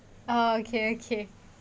oh okay okay